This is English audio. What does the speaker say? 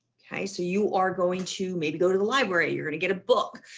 okay, so you are going to maybe go to the library, you're going to get a book,